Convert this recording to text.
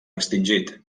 extingit